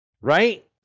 Right